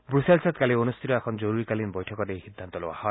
ব্ৰুচেলছত কালি অনুষ্ঠিত এখন জৰুৰীকালীন বৈঠকত এই সিদ্ধান্ত লোৱা হয়